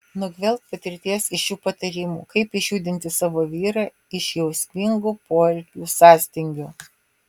nugvelbk patirties iš šių patarimų kaip išjudinti savo vyrą iš jausmingų poelgių sąstingio